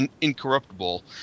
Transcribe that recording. Incorruptible